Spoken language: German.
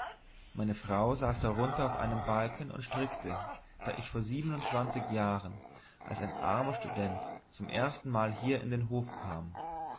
meine frau saß darunter auf einem balken und strickte da ich vor siebenundzwanzig jahren als ein armer student zum erstenmale hier in den hof kam